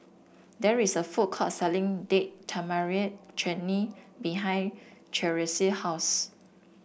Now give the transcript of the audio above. there is a food court selling Date Tamarind Chutney behind Charisse house